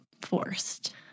forced